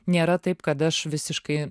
nėra taip kad aš visiškai